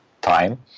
time